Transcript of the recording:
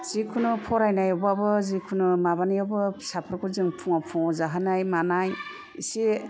जिखुनु फरायनायबाबो जिखुनु माबानिआवबो फिसाफोरखौ जों फुंआव फुंआव जाहोनाय मानाय एसे